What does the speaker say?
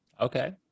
Okay